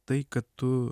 tai kad tu